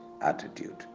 attitude